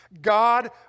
God